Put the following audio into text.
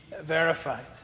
verified